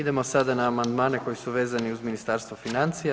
Idemo sada na amandmane koji su vezani uz Ministarstvo financija.